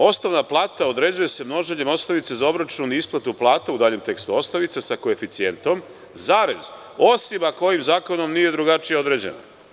Osnovna plata određuje se množenjem osnovice za obračun i isplatu plata (u daljem tekstu osnovica) sa koeficijentom, osim ako ovim zakonom nije drugačije određeno.